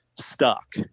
stuck